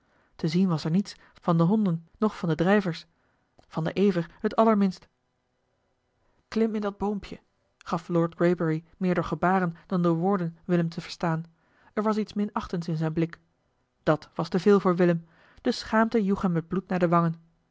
te zien was er niets van de honden noch van de drijvers van den ever het allerminst klim in dat boompje gaf lord greybury meer door gebaren dan door woorden willem te verstaan er was iets minachtends in zijn blik dat was te veel voor willem de schaamte joeg hem het bloed naar de wangen